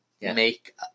make